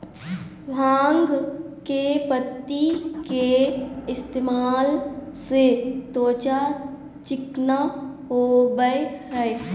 भांग के पत्ति के इस्तेमाल से त्वचा चिकना होबय हइ